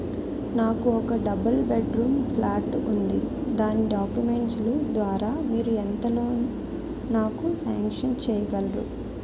నాకు ఒక double bed room flat ఉంది దాని డాక్యుమెంట్స్ లు ద్వారా మీరు ఎంత లోన్ నాకు సాంక్షన్ చేయగలరు?